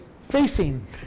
facing